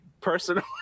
personal